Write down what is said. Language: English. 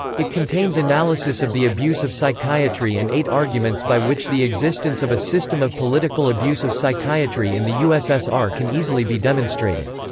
it contains analysis of the abuse of psychiatry and eight arguments by which the existence of a system of political abuse of psychiatry in the ussr can easily be demonstrated.